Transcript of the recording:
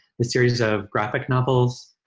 the series of graphic novels